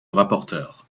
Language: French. rapporteur